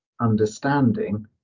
understanding